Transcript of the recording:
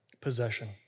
possession